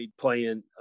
playing